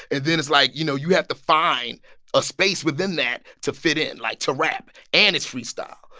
and then it's like, you know, you have to find a space within that to fit in, like, to rap. and it's freestyle.